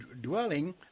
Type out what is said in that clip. dwelling